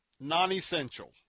Non-Essential